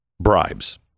bribes